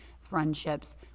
friendships